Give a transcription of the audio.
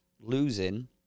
losing